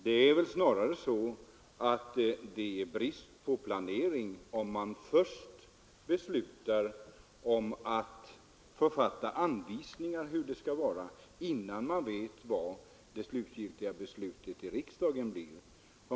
Snarare är det väl ett bevis på bristande planering, om man författar anvisningar om hur det skall vara innan man vet vad som blir riksdagens beslut.